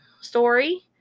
story